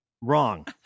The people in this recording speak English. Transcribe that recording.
Wrong